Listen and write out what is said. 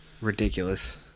Ridiculous